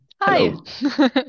hi